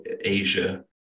Asia